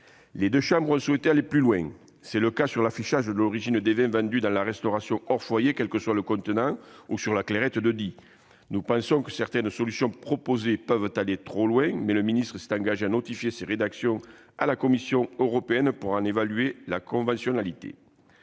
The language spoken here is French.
Les deux chambres ont souhaité aller plus loin, notamment s'agissant de l'affichage de l'origine des vins vendus dans la restauration hors foyer, quel que soit le contenant, ou de la Clairette de Die. Nous pensons que certaines solutions proposées peuvent aller trop loin, mais le ministre s'est engagé à notifier ces rédactions à la Commission européenne, pour en évaluer la conventionnalité.